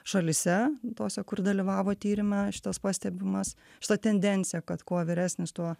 šalyse tose kur dalyvavo tyrime šitas pastebimas šita tendencija kad kuo vyresnis tuo